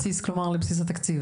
כלומר אתה מתכוון לבסיס התקציב.